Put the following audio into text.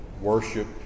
worship